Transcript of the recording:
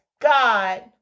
God